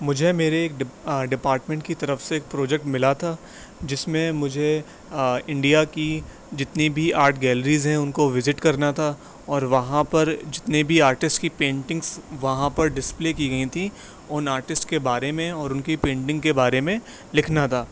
مجھے میرے ڈپارٹمنٹ کی طرف سے ایک پروجیکٹ ملا تھا جس میں مجھے انڈیا کی جتنی بھی آرٹ گیلریز ہیں ان کو وزٹ کرنا تھا اور وہاں پر جتنے بھی آرٹسٹ کی پینٹنگس وہاں پر ڈسپلے کی گئی تھیں ان آرٹسٹ کے بارے میں اور ان کی پینٹنگ کے بارے میں لکھنا تھا